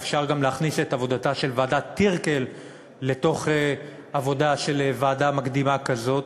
אפשר גם להכניס את עבודתה של ועדת טירקל לעבודה של ועדה מקדימה כזאת,